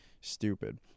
Stupid